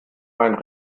einen